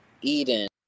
Eden